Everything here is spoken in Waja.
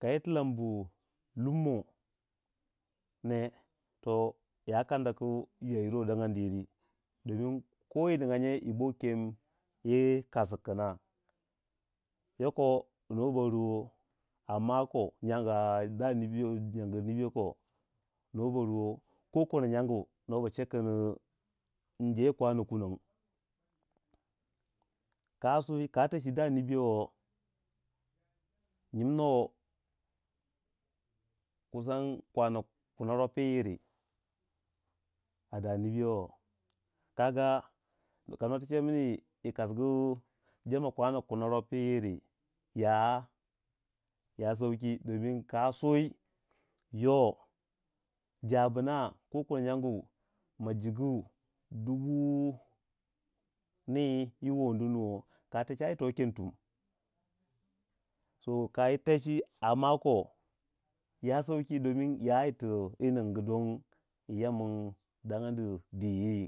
ka yi tilanbu lumo ne to kanda ku ya yirwe dangandii yiri dingin koyi ninga nye yibo kem yi kasgu kuna yoko nwa ba ruwo a mako nyangu du nibiyo nyangiri nibiyo ko nuwa ba ruwo kono nyang njeeyi kwano kunong ka suwi ka teshi dai wu nibiyo wo nyinma kokono nyangu inje kwanau kunong kasui ka techi da nibiyo wo nyimno kusan kwana kuno rob yi yiri a da nibiyo wo, kaga kano techamini yi kasgu jama kwana kunorob yi yiri ya sauki domin ka sui yo jabna ko kono nyangu ma jigu dubu ni yi woni nuwo, ka techi ai to ken tum kayi techi a mako ya sauki domin ya yiti ningu don yi yamin dangani dwi yiri.